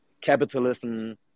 capitalism